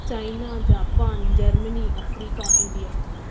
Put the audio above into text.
China Japan Germany Africa India